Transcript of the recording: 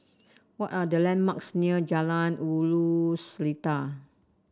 what are the landmarks near Jalan Ulu Seletar